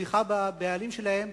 מתמיכה בבעלים שלהם.